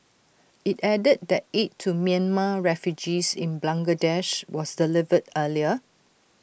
IT added that aid to Myanmar refugees in Bangladesh was delivered earlier